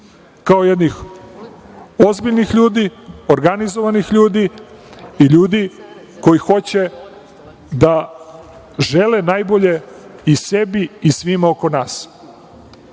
kao jednih ozbiljnih ljudi, organizovanih ljudi i ljudi koji hoće, žele najbolje i sebi svima oko nas.